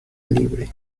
libre